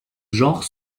genre